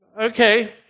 Okay